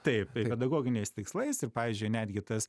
taip tai pedagoginiais tikslais ir pavyzdžiui netgi tas